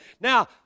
Now